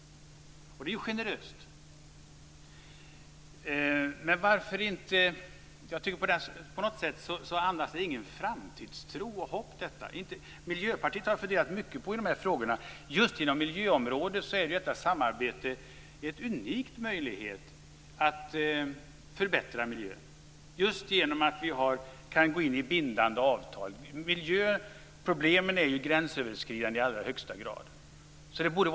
Det är ju generöst! På något sätt andas här ingen framtidstro och inget hopp. Jag har funderat mycket över Miljöpartiet när det gäller de här frågorna. Inom miljöområdet innebär ju EU-samarbetet en unik möjlighet att förbättra miljön just genom att vi kan gå in i bindande avtal. Miljöproblemen är i allra högsta grad gränsöverskridande.